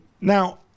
Now